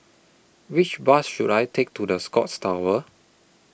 Which Bus should I Take to The Scotts Tower